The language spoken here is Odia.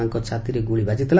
ତାଙ୍କ ଛାତିରେ ଗୁଳି ବାଜିଥିଲା